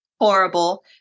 horrible